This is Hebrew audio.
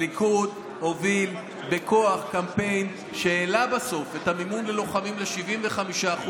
הליכוד הוביל בכוח קמפיין שהעלה בסוף את המימון ללוחמים ל-75%,